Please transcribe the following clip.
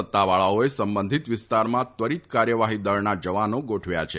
સત્તાવાળાઓએ સંબંધીત વિસ્તારમાં ત્વરીત કાર્યવાફી દળના જવાનો ગોઠવ્યા છે